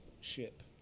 ship